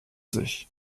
sich